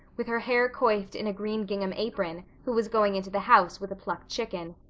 with her hair coifed in a green gingham apron, who was going into the house with a plucked chicken,